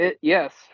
Yes